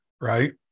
right